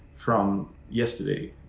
from yesterday,